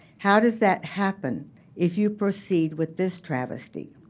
how does that happen if you proceed with this travesty?